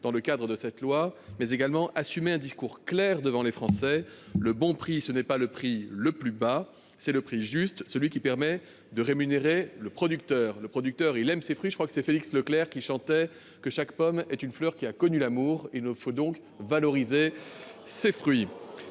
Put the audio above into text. dans le cadre de cette loi, mais il faut aussi assumer un discours clair devant les Français. Le bon prix, ce n'est pas le prix le plus bas : c'est le prix juste, celui qui permet de rémunérer le producteur. Celui-ci aime ses fruits. Je crois que c'est Félix Leclerc qui chantait :« Chaque pomme est une fleur qui a connu l'amour. » Il nous faut donc valoriser ces fruits